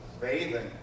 bathing